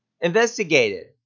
investigated